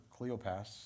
Cleopas